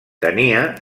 tenia